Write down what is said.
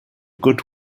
good